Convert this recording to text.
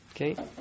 Okay